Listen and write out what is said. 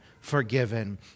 forgiven